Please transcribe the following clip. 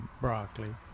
broccoli